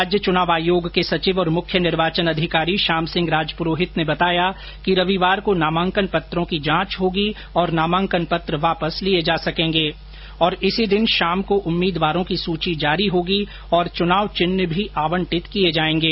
राज्य चुनाव आयोग के सचिव और मुख्य निर्वाचन अधिकारी श्याम सिंह राजपुरोहित ने बताया कि रविवार को नामांकन पत्रों की जांच होगी और नामांकन पत्र वापस लिए जा सकेंगे और इसी दिन शाम को उम्मीदवारों की सूची जारी होगी और चुनाव चिन्ह भी आवंटित किए जाएंगे